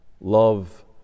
love